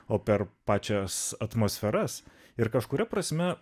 o per pačias atmosferas ir kažkuria prasme